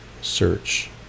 Search